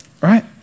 Right